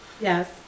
Yes